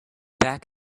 back